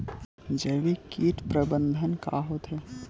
जैविक कीट प्रबंधन का होथे?